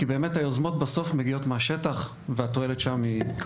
כי בסוף היוזמות באמת מגיעות מהשטח והתועלת שם היא טובה יותר,